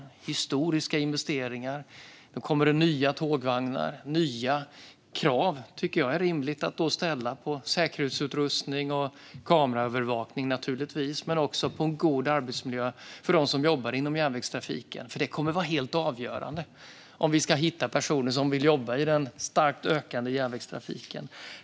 Det är historiska investeringar. Nu kommer det nya tågvagnar. Då tycker jag att det är rimligt att ställa nya krav på säkerhetsutrustning och på kameraövervakning men också på en god arbetsmiljö för dem som jobbar inom järnvägstrafiken. Det kommer att vara helt avgörande om vi ska hitta personer som vill jobba i den starkt ökande järnvägstrafiken.